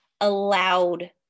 allowed